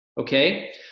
Okay